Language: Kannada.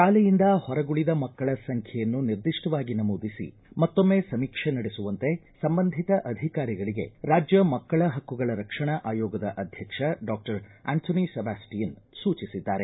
ಶಾಲೆಯಿಂದ ಹೊರಗುಳಿದ ಮಕ್ಕಳ ಸಂಖ್ಯೆಯನ್ನು ನಿರ್ದಿಷ್ಟವಾಗಿ ನಮೂದಿಸಿ ಮತ್ತೊಮ್ನೆ ಸಮೀಕ್ಷೆ ನಡೆಸುವಂತೆ ಸಂಬಂಧಿತ ಅಧಿಕಾರಿಗಳಿಗೆ ರಾಜ್ಯ ಮಕ್ಕಳ ಹಕ್ಕುಗಳ ರಕ್ಷಣಾ ಆಯೋಗದ ಅಧ್ಯಕ್ಷ ಡಾಕ್ಟರ್ ಅಂಥೋನಿ ಸೆಬಾಸ್ಟಿಯನ್ ಸೂಚಿಸಿದ್ದಾರೆ